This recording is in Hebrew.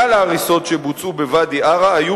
כלל ההריסות שבוצעו בוואדי-עארה היו